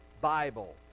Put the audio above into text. Bible